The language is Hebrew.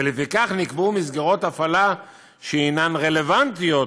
ולפיכך נקבעו מסגרות הפעלה שהן רלוונטיות